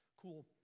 Cool